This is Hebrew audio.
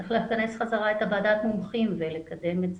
צריך לכנס חזרה את ועדת המומחים ולקדם את זה.